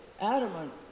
adamant